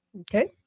Okay